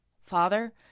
Father